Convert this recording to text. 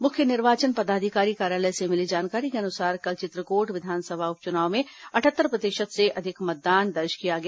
मुख्य निर्वाचन पदाधिकारी कार्यालय से मिली जानकारी के अनुसार कल चित्रकोट विधानसभा उप चुनाव में अठहत्तर प्रतिशत से अधिक मतदान दर्ज किया गया